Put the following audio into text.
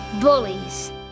Bullies